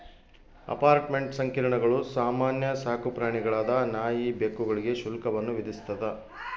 apartment ಸಂಕೀರ್ಣಗಳು ಸಾಮಾನ್ಯ ಸಾಕುಪ್ರಾಣಿಗಳಾದ ನಾಯಿ ಬೆಕ್ಕುಗಳಿಗೆ ಶುಲ್ಕವನ್ನು ವಿಧಿಸ್ತದ